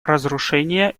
разрушения